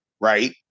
right